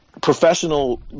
professional